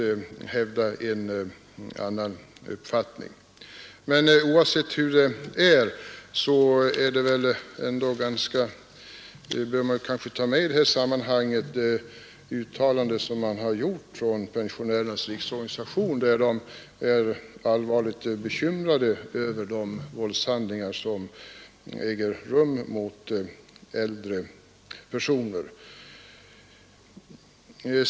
Oavsett hur det förhåller — sig bör kanske i sammanhanget ändå nämnas de uttalanden som har gjorts från pensionärernas riksorganisation, vilka tyder på att man är allvarligt bekymrad över de våldshandlingar som äger rum mot äldre personer.